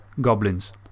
goblins